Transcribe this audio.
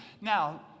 Now